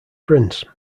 prince